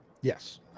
Yes